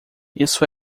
isso